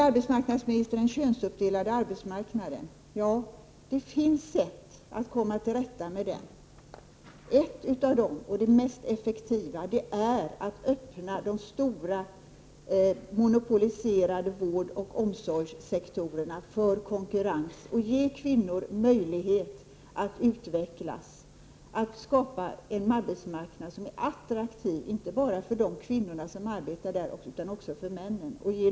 Arbetsmarknadsministern nämnde den könsuppdelade arbetsmarknaden. Det finns sätt att komma till rätta med den. Ett av sätten — och det mest effektiva — är att öppna de stora, monopoliserade vårdoch omsorgssektorerna för konkurrens och ge kvinnor möjlighet att utvecklas och att skapa eget och därigenom skapa en arbetsmarknad som är attraktiv inte bara för de kvinnor som redan arbetar där utan också för männen.